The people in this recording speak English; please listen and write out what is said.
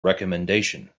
recomendation